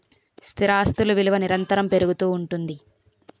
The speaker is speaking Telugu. స్థిరాస్తులు విలువ నిరంతరము పెరుగుతూ ఉంటుంది